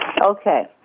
Okay